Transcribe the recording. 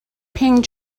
paying